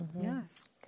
Yes